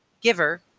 Giver